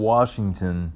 Washington